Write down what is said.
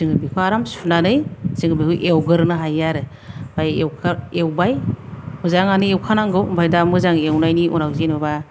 जोङो बेखौ आराम सुनानै जोङो बेखौ एवगोरनो हायो आरो ओमफाय एवबाय मोजाङानो एवखानांगौ ओमफाय दा मोजां एवनायनि उनाव जेन'बा